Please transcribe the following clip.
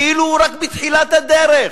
כאילו הוא רק בתחילת הדרך.